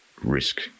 risk